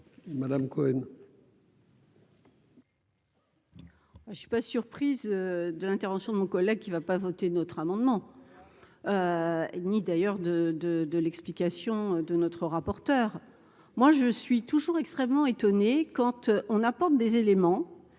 Madame Cohen. Je suis pas surprise de l'intervention de mon collègue qui va pas voter notre amendement, ni d'ailleurs de de de l'explication de notre rapporteur, moi je suis toujours extrêmement étonné compte on apporte des éléments